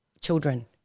children